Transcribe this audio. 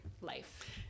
life